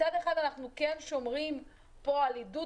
מצד אחד אנחנו כן שומרים פה על עידוד